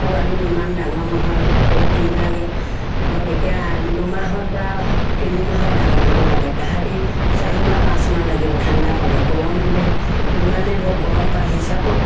পোৱালিবোৰ ইমান ডাঙৰ নহয় বহুত দিন লাগে ধৰক এতিয়া দুমাহত বা তিনিমাহত ডাঙৰ হ'ব লাগে তাহাঁতি চাৰি মাহ পাঁচ মাহ লাগিব ঠাণ্ডা পালে গৰম দিলে যিমানে ধৰক গৰম পায় হিচাপত